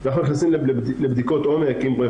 אנחנו נכנסים לבדיקות עומק עם רואה